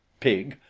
pig.